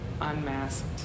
unmasked